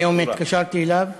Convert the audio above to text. אני היום התקשרתי אליו.